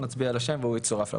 נצביע על השם והוא יצורף לוועדה.